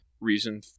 reason